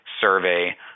survey